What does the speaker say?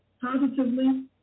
positively